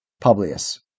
Publius